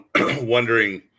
wondering